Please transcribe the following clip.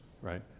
right